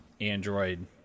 Android